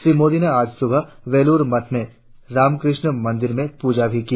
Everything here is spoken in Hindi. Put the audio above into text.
श्री मोदी ने आज सुबह बेलूर मठ में राम कृष्ण मंदिर में पूजा भी की